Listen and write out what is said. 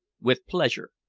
with pleasure.